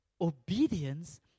Obedience